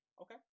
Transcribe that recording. Okay